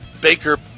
Baker